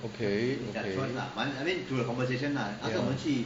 okay okay ya